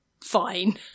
fine